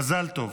מזל טוב.